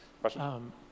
Question